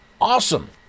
awesome